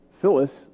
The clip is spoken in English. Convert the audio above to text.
Phyllis